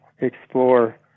explore